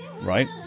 right